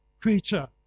creature